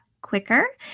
quicker